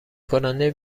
کننده